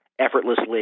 effortlessly